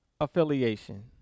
affiliation